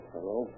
Hello